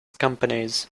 companies